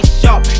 sharp